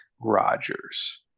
Rodgers